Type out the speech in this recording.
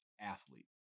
athlete